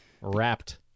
Wrapped